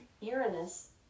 Uranus